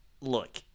look